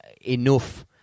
enough